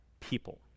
people